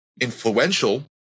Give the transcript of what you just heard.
influential